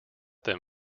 them